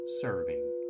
serving